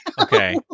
Okay